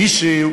מישהי,